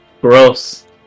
gross